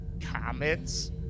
comets